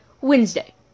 Wednesday